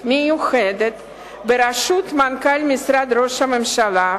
מיוחדת בראשות מנכ"ל משרד ראש הממשלה,